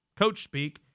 coach-speak